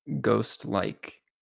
ghost-like